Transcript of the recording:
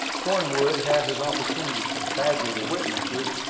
cornwood had his opportunity to badger the witnesses,